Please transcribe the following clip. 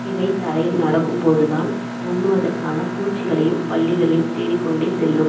இவை தரையில் நடக்கும்போதுதான் உண்ணுவதற்கான பூச்சிகளையும் பல்லிகளையும் தேடிக்கொண்டே செல்லும்